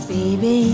Baby